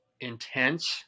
Intense